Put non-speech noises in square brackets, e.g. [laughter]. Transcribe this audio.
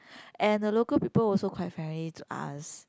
[breath] and the local people also quite friendly to ask